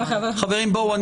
חברים, בואו.